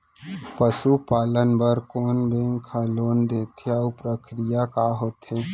पसु पालन बर कोन बैंक ह लोन देथे अऊ प्रक्रिया का होथे?